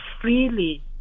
freely